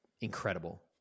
incredible